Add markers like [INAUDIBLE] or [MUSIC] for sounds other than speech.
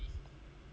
[BREATH]